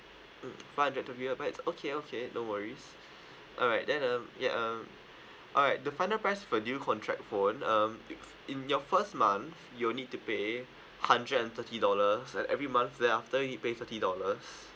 mm five hundred twelve gigabytes okay okay no worries alright then um ya um alright the final price for new contract phone um i~ in your first month you'll need to pay hundred and thirty dollars at every month then after you pay fifty dollars